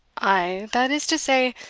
ay that is to say,